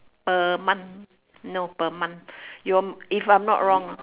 per month no per month your if I am not wrong ah